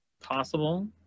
possible